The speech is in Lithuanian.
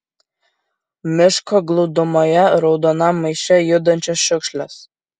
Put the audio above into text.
miško glūdumoje raudonam maiše judančios šiukšlės